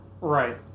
Right